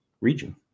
region